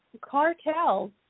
cartels